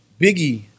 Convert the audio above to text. Biggie